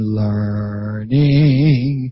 learning